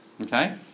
Okay